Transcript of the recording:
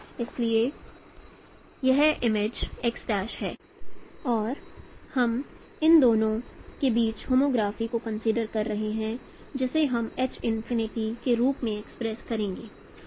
इसलिए यह image x' है और हम इन दोनों के बीच होमोग्राफी को कंसीडर कर रहे हैं और जिसे हम H इनफिनिटी के रूप में एक्सप्रेस करेंगे